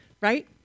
Right